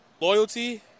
Loyalty